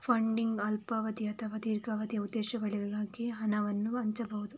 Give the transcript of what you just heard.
funding ಅಲ್ಪಾವಧಿಯ ಅಥವಾ ದೀರ್ಘಾವಧಿಯ ಉದ್ದೇಶಗಳಿಗಾಗಿ ಹಣವನ್ನು ಹಂಚಬಹುದು